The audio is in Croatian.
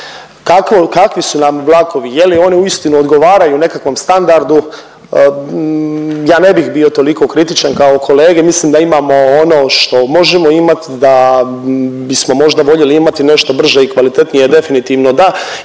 kakvi su nam vlakovi, je li oni uistinu odgovaraju nekakvom standardu? Ja ne bih bio toliko kritičan kao kolege, mislim da imamo ono što možemo imat, da bismo možda voljeli imati nešto brže i kvalitetnije definitivno da.